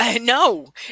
No